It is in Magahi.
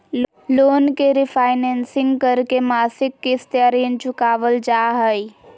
लोन के रिफाइनेंसिंग करके मासिक किस्त या ऋण चुकावल जा हय